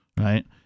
Right